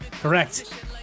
Correct